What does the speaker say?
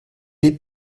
est